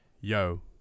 yo